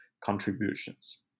contributions